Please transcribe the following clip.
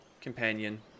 companion